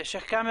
אעשה זאת בקצרה.